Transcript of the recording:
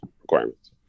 requirements